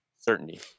certainty